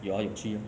有阿有去 orh